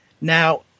Now